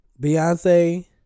Beyonce